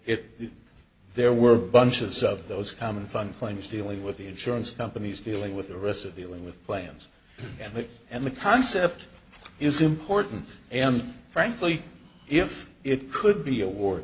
it there were bunches of those common fund plans dealing with the insurance companies dealing with the rest of the line with plans and that and the concept is important and frankly if it could be awar